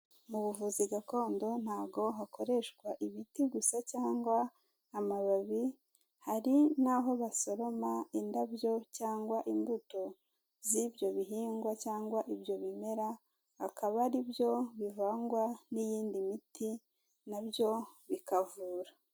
Mu buvuzi gakondo ntabwo hakoreshwa ibiti gusa cyangwa amababi, hari n'aho basoroma indabyo cyangwa imbuto z'ibyo bihingwa cyangwa ibyo bimera, akaba ari byo bivangwa n'iyindi miti na byo bikavura.